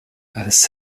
als